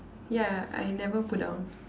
ya I never put down